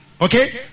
Okay